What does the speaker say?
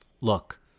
Look